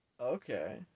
Okay